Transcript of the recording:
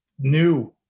new